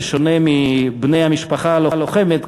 בשונה מבני המשפחה הלוחמת,